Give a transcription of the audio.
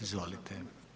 Izvolite.